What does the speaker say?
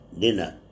dinner